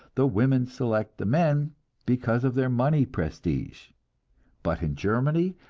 the women select the men because of their money prestige but in germany,